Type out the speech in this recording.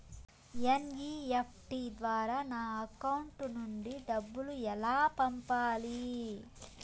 NEFT ద్వారా నా account నుండి డబ్బులు ఎలా పంపాలి